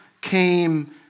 came